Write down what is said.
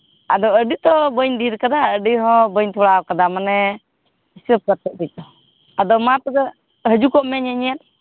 ᱟᱫᱚ ᱟᱹᱰᱤ ᱛᱚ ᱵᱟᱹᱧ ᱰᱷᱮᱨ ᱟᱠᱟᱫᱟ ᱟᱹᱰᱤ ᱦᱚᱸ ᱵᱟᱹᱧ ᱛᱷᱚᱲᱟᱣ ᱠᱟᱫᱟ ᱢᱟᱱᱮ ᱦᱤᱥᱟᱹᱵ ᱠᱟᱛᱮ ᱜᱮᱪᱚ ᱟᱫᱚ ᱢᱟ ᱛᱚᱵᱮ ᱦᱤᱡᱩᱜ ᱢᱮ ᱧᱮᱧᱮᱞ